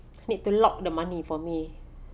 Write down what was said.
need to lock the money for me